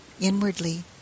inwardly